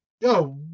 yo